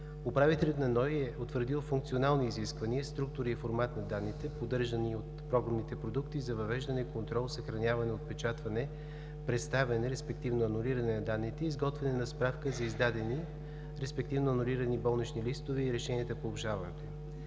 управителят на НОИ е утвърдил функционални изисквания, структура и формат на данните, поддържани от програмните продукти за въвеждане, контрол, съхраняване, отпечатване, представяне, респективно анулиране на данните, изготвяне на справка за издадени, респективно анулирани болнични листове и решенията по обжалването